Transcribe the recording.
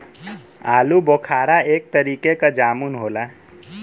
आलूबोखारा एक तरीके क जामुन होला